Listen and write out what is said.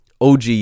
OG